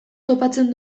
topatzen